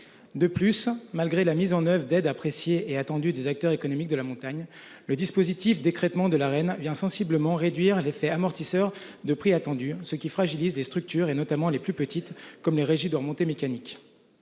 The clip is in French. De plus, malgré la mise en oeuvre d'aide appréciée et attendue des acteurs économiques de la montagne. Le dispositif d'écrêtement de la reine vient sensiblement réduire l'effet amortisseur de prix. Ce qui fragilise les structures et notamment les plus petites comme les régies de remontées mécaniques.